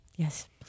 Yes